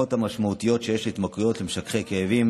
המשמעותיות שיש להתמכרויות למשככי כאבים,